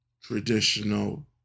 traditional